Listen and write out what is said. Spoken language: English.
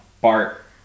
Bart